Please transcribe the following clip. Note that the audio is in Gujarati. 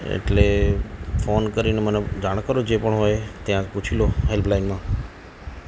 એટલે ફોન કરીને મને જાણ કરો જે પણ હોય ત્યાં પૂછી લો હેલ્પલાઈનમાં